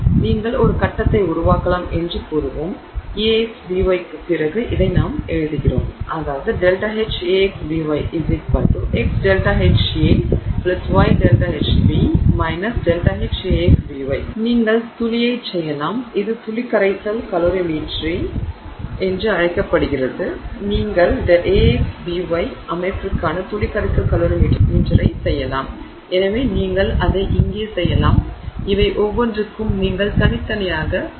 நீங்கள் ஒரு கட்டத்தை உருவாக்கலாம் என்று கூறுவோம் Ax By பிறகு இதை நாம் எழுதுகிறோம் ΔHAx→By xΔHAsol yΔHBsol ΔHAx→Bysol எனவே நீங்கள் துளியைச் செய்யலாம் இது துளி கரைசல் கலோரிமீட்டரி என்று அழைக்கப்படுகிறது நீங்கள் Ax By அமைப்பிற்கான துளி கரைசல் கலோரிமீட்டரை செய்யலாம் எனவே நீங்கள் அதை இங்கே செய்யலாம் இவை ஒவ்வொன்றிற்கும் நீங்கள் தனித்தனியாக செய்யலாம்